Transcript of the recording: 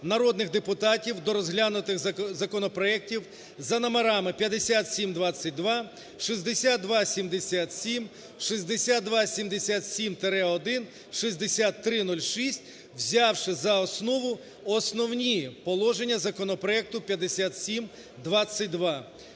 народних депутатів до розглянутих законопроектів за номерами 5722, 6277, 6277-1, 6306, взявши за основу основні положення законопроекту 5722.